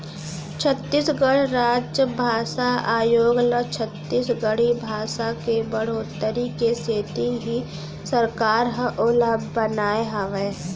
छत्तीसगढ़ राजभासा आयोग ल छत्तीसगढ़ी भासा के बड़होत्तरी के सेती ही सरकार ह ओला बनाए हावय